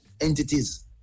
entities